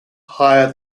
higher